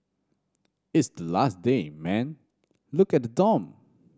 it's the last day man look at the dorm